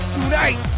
Tonight